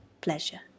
pleasure